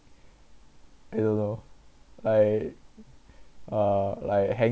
I don't know like uh like hanging